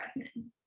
redmond